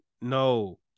no